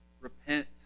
Repent